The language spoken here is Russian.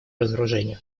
разоружению